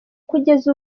kugeza